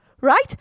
right